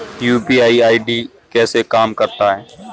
UPI ID कैसे काम करता है?